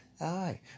Aye